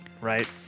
right